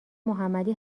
محمدی